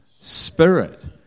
spirit